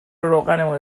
روغنمون